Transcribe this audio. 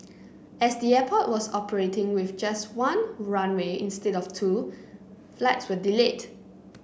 as the airport was operating with just one runway instead of two flights were delayed